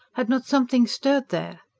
had not something stirred there?